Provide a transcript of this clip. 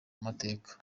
amateka